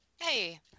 Hey